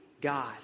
God